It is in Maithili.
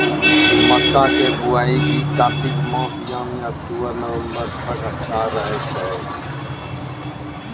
मक्का के बुआई भी कातिक मास यानी अक्टूबर नवंबर तक अच्छा रहय छै